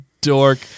dork